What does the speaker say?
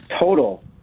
total